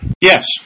Yes